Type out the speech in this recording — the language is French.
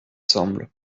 semble